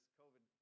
covid